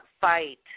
fight